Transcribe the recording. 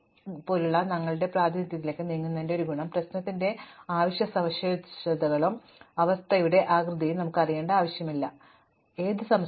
അതിനാൽ ഒരു ഗ്രാഫ് പോലുള്ള ഞങ്ങളുടെ പ്രാതിനിധ്യത്തിലേക്ക് നീങ്ങുന്നതിന്റെ ഒരു ഗുണം പ്രശ്നത്തിന്റെ അവശ്യ സവിശേഷതകളെല്ലാം ഞങ്ങൾ വലിച്ചെറിഞ്ഞു എന്നതാണ് ഈ അവസ്ഥയുടെ ആകൃതി ഞങ്ങൾക്ക് അറിയേണ്ട ആവശ്യമില്ല അത് അറിയേണ്ടതില്ല വലുപ്പം